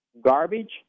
garbage